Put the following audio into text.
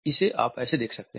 इसे आप ऐसे देख सकते हैं